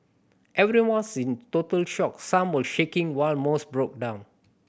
everyone was in total shock some were shaking while most broke down